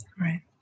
Right